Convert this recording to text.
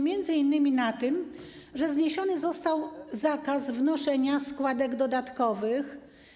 Między innymi na tym, że zniesiony został zakaz wnoszenia składek dodatkowych.